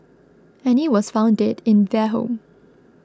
Annie was found dead in their home